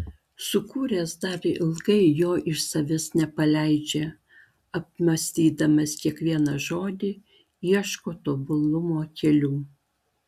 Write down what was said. sukūręs dar ilgai jo iš savęs nepaleidžia apmąstydamas kiekvieną žodį ieško tobulumo kelių